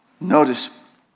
Notice